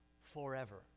forever